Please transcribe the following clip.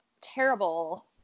terrible